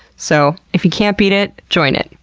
so if you can't beat it, join it.